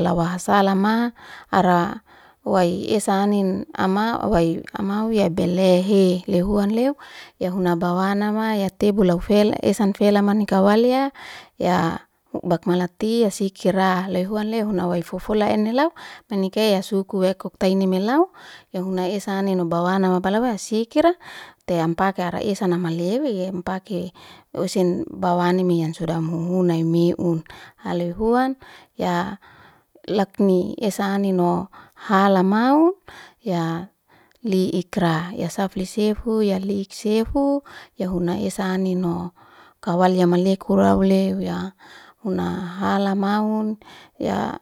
lawasalama ara wai esani ama wai amawi belehi. Lehuan leu yahuna bawanama ya tebu laufel esan fela manikawali ya bakmalati ya sikira. Loi huan leu huan nawai fofole enhilau manikeya suku wektotaini melau yahuna esa anino bawano. Apalai wasikira te ampakara esana maleuwe ampake usin bawani yan suda amhuhuna meun. Halehuan ya lakni esanino halamau ya li ikra ya seffisefu ya liksefu ya huna esansino kawaliamakelekura ule ya huna halamau ya.